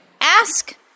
ask